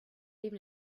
even